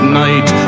night